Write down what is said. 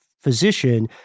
physician